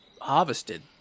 harvested